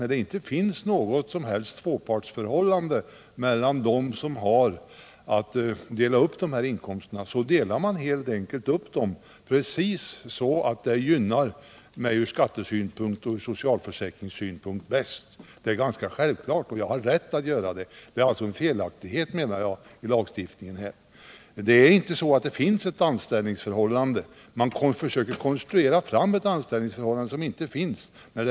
När det inte finns något som helst tvåpartsförhållande mellan dem som har att dela upp en sådan här inkomst, delar man helt enkelt upp den precis så att det är mest gynnsamt från skattesynpunkt och socialförsäkringssynpunkt. Det är ganska självklart. Man har rätt att göra så. Det är alltså en felaktighet i lagstiftningen. Det finns inte något anställningsförhållande. Man försöker konstruera fram ett anställningsförhållande som inte existerar.